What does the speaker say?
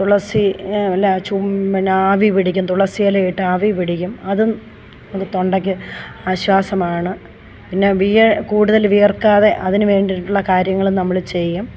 തുളസി വല്ല ചും പിന്നെ ആവി പിടിക്കും തുളസി ഇല ഇട്ട് ആവി പിടിക്കും അതും അത് തൊണ്ടക്ക് ആശ്വാസമാണ് പിന്നെ വിയർപ്പ് കൂടുതൽ വിയർക്കാതെ അതിന് വേണ്ടീട്ടുള്ള കാര്യങ്ങൾ നമ്മൾ ചെയ്യും